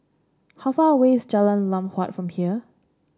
how far away is Jalan Lam Huat from here